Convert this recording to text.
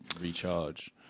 recharge